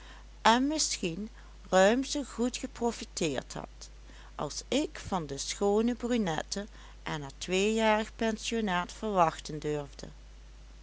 en misschien ruim zoo goed geprofiteerd had als ik van de schoone brunette en haar tweejarig pensionaat verwachten durfde